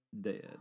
dead